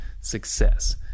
success